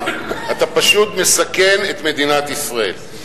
אתה פשוט מסכן את מדינת ישראל.